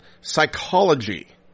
psychology